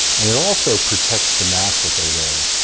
and it also protects the mask that they're wearing,